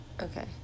Okay